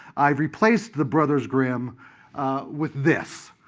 i've replaced the brothers grimm with this.